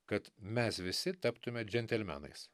kad mes visi taptume džentelmenais